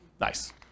Nice